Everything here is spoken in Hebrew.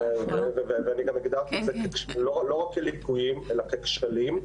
ואני גם הגדרתי את זה לא כליקויים אלא ככשלים.